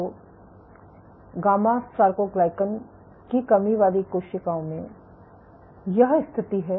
तो gamma sarcoglycan की कमी वाली कोशिकाओं में यह स्थिति है